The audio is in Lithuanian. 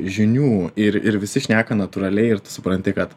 žinių ir ir visi šneka natūraliai ir tu supranti kad